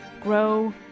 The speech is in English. grow